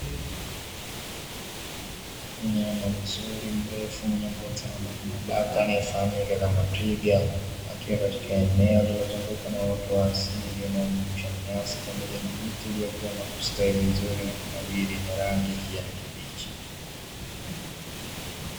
Mnyama mzuri mrefu mwenye ngozi ya mabaka mabaka anayefahamika kama twiga akiwa katika eneo lilozungukwa na uoto wa asili unaojumuisha nyasi pamoja na miti iliyokuwa na kustawi vizuri na kunawiri yenye rangi ya kijani kibichi.